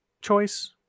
choice